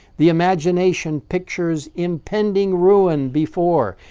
the imagination pictures impending ruin before,